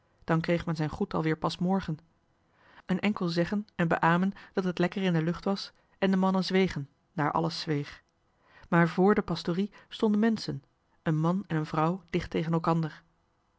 dan kreeg men zijn goed alweer pas morgen een enkel zeggen en beamen dat het lekker in de lucht was en de mannen zwegen daar alles zweeg maar vr de pastorie stonden menschen een man en een vrouw dicht tegen elkander